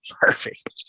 Perfect